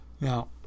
Now